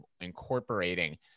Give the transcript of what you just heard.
incorporating